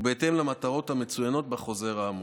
ובהתאם למטרות המצוינות בחוזר האמור.